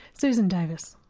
susan davis.